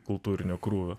kultūrinio krūvio